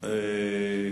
באים בחשבון?